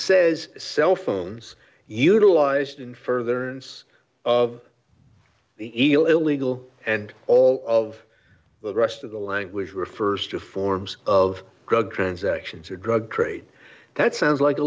says cell phones utilized in further ness of the illegal and all of the rest of the language refers to forms of drug transactions or drug trade that sounds like a